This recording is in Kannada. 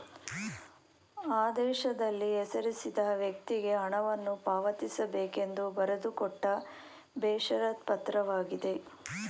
ಆದೇಶದಲ್ಲಿ ಹೆಸರಿಸಿದ ವ್ಯಕ್ತಿಗೆ ಹಣವನ್ನು ಪಾವತಿಸಬೇಕೆಂದು ಬರೆದುಕೊಟ್ಟ ಬೇಷರತ್ ಪತ್ರವಾಗಿದೆ